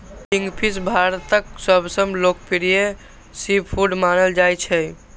kingfish भारतक सबसं लोकप्रिय सीफूड मानल जाइ छै